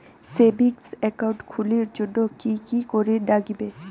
Savings account খুলির জন্যে কি কি করির নাগিবে?